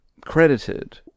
credited